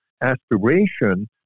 aspiration